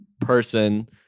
person